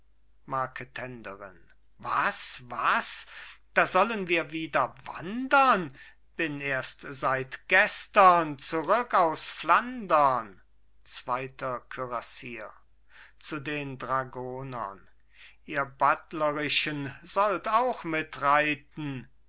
marketenderin was was da sollen wir wieder wandern bin erst seit gestern zurück aus flandern zweiter kürassier zu den dragonern ihr buttlerischen sollt auch mitreiten